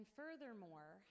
furthermore